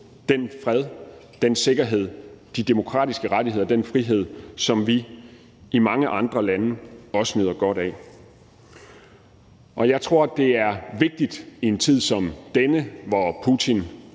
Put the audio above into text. den fred, den sikkerhed, de demokratiske rettigheder og den frihed, som vi i mange andre lande også nyder godt af. Jeg tror, at i en tid som denne, hvor Putin